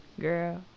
girl